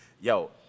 yo